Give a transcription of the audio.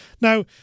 Now